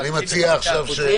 אני חושב שהגיע הזמן.